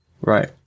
Right